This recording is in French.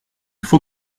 faut